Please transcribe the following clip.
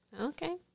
Okay